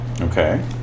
Okay